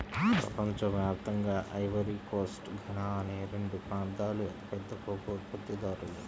ప్రపంచ వ్యాప్తంగా Ivory Coast, Ghana అనే రెండు ప్రాంతాలూ అతిపెద్ద కోకో ఉత్పత్తిదారులు